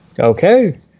Okay